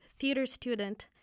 THEATERSTUDENT